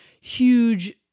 huge